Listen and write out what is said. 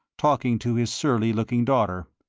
talking to his surly-looking daughter.